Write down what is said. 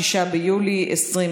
6 ביולי 2020,